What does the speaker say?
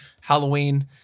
Halloween